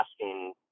asking